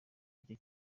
aricyo